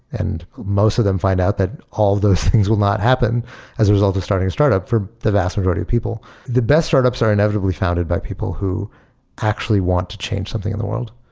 and most of them find out that all of those things will not happen as a result of starting a startup for the vast majority of people. the best startups are inevitably founded by people who actually want to change something in the world.